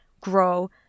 grow